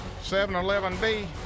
711B